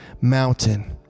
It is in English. mountain